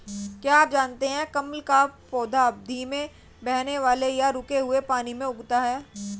क्या आप जानते है कमल का पौधा धीमे बहने वाले या रुके हुए पानी में उगता है?